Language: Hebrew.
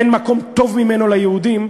אין מקום טוב ממנה ליהודים,